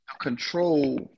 control